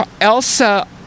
Elsa